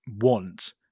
want